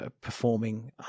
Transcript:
performing